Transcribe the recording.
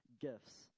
gifts